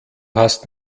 hast